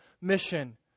mission